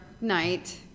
night